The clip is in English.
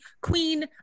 Queen